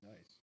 Nice